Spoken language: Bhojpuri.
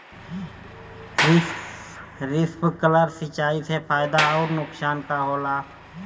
स्पिंकलर सिंचाई से फायदा अउर नुकसान का होला?